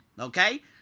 Okay